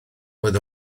oedd